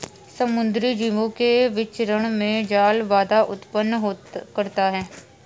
समुद्री जीवों के विचरण में जाल बाधा उत्पन्न करता है